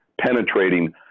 penetrating